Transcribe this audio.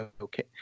okay